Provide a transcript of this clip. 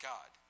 God